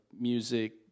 music